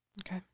Okay